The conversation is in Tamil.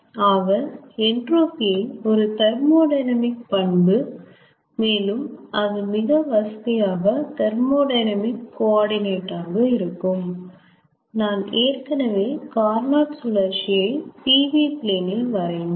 ஆக என்ட்ரோபி யை ஒரு தெர்மோடையனாமிக் பண்பு மேலும் அது மிக வசதியாக தெர்மோடையனாமிக் கோ ஆர்டினட் ஆக இருக்கும் நானா ஏற்கனவே கார்னோட் சுழற்சியை pv பிளேன் இல் வரைந்தேன்